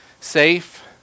safe